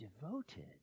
devoted